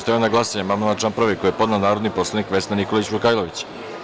Stavljam na glasanje amandman na član 1. koji je podnela narodni poslanik Vesna Nikolić Vukajlović.